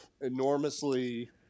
enormously